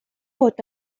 vot